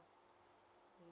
ya